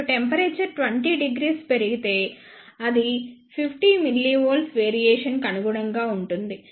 ఇప్పుడు టెంపరేచర్ 200 పెరిగితే అది 50 mV వేరియేషన్ కి అనుగుణంగా ఉంటుంది